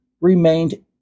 remained